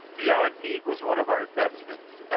beyond meat was one of our investments.